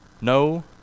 No